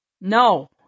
no